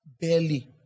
barely